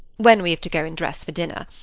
when we have to go and dress for dinner.